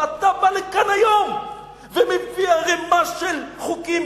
ואתה בא לכאן היום ומביא ערימה של חוקים